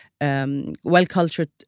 well-cultured